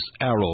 arrow